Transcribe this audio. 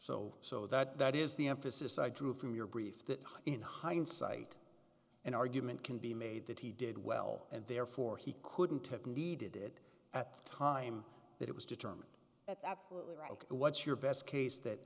so that is the emphasis i drew from your brief that in hindsight an argument can be made that he did well and therefore he couldn't have needed it at the time that it was determined that's absolutely right what's your best case that